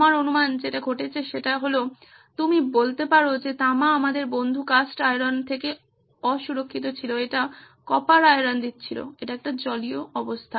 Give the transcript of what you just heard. আমার অনুমান যেটা ঘটছে সেটা হল তুমি বলতে পারো যে তামা আমাদের বন্ধু কাস্ট আয়রন থেকে অসুরক্ষিত ছিল এটা কপার আয়রন দিচ্ছিল এটা একটা জলীয় অবস্থা